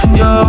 yo